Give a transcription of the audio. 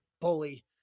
bully